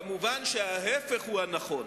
כמובן שההיפך הוא הנכון,